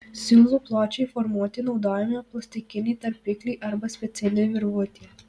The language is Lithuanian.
siūlių pločiui formuoti naudojami plastikiniai tarpikliai arba speciali virvutė